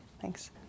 Thanks